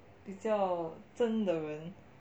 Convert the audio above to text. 比较真的人